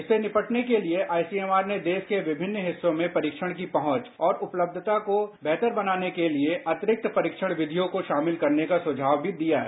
इसे निपटने के लिए आईसीएमआर ने देश के विभिन्न हिस्सों में परीक्षण की पहुंच और उपलब्धता को बेहतर बनाने के लिए अतिरिक्त परीक्षण विवियों को शामिल करने का सुझाव भी दिया है